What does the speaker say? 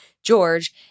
George